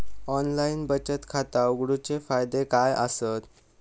Online बचत खाता उघडूचे फायदे काय आसत?